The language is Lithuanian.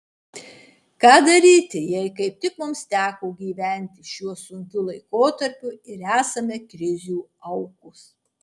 ką daryti jei kaip tik mums teko gyventi šiuo sunkiu laikotarpiu ir esame krizių aukos